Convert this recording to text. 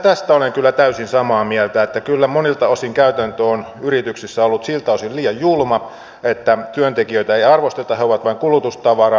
tästä olen täysin samaa mieltä että kyllä monilta osin käytäntö on yrityksissä ollut siltä osin liian julma että työntekijöitä ei arvosteta he ovat vain kulutustavaraa